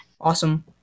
awesome